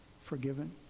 forgiven